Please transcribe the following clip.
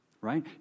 Right